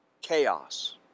Chaos